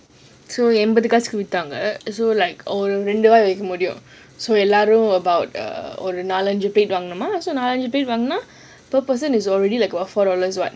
so என்பது காசுக்கு விட்தங்க ரெண்டு வாய் வெக்க முடியும்:enbathu kaasukku vitthaanga rendu waai wekka mudiyum about err நாலு அஞ்சி வாங்கினோம்:naalu anji wanginam per person is already like what four dollars [what]